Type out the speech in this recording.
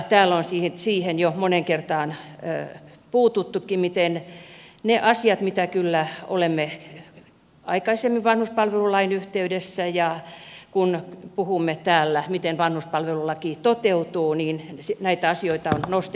täällä on jo moneen kertaan puututtukin niihin asioihin mitä kyllä olemme nostaneet esille aikaisemmin vanhuspalvelulain yhteydessä ja kun puhumme täällä miten vanhuspalvelulaki toteutuu